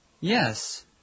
Yes